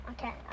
Okay